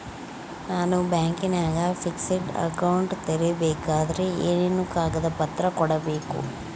ನಾನು ಬ್ಯಾಂಕಿನಾಗ fixed account ತೆರಿಬೇಕಾದರೆ ಏನೇನು ಕಾಗದ ಪತ್ರ ಕೊಡ್ಬೇಕು?